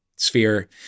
sphere